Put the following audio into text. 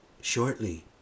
shortly